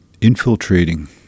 infiltrating